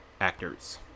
actors